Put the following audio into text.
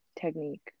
technique